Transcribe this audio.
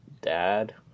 dad